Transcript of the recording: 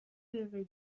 دقیقه